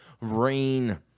rain